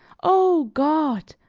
o god!